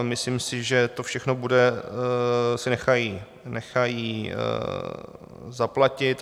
Myslím si, že to všechno bude... si nechají, nechají zaplatit.